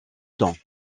temps